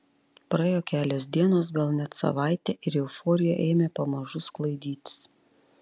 praėjo kelios dienos gal net savaitė ir euforija ėmė pamažu sklaidytis